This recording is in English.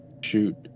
Shoot